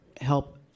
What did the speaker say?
help